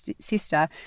sister